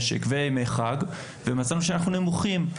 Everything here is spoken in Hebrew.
ומצאנו שאנחנו נמוכים.